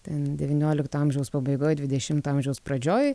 ten devyniolikto amžiaus pabaigoj dvidešimto amžiaus pradžioj